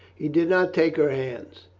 he did not take her hands.